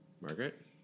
Margaret